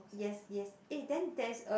yes yes eh then there is a